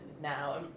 now